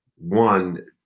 One